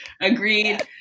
Agreed